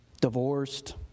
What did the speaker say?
divorced